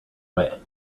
way